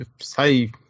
say